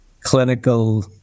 clinical